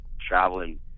traveling